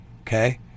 Okay